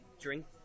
drink